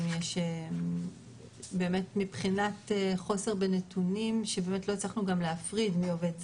אם יש באמת מבחינת חוסר בנתונים שבאמת לא הצלחנו גם להפריד מי עובד זר,